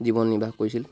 জীৱন নিৰ্বাহ কৰিছিল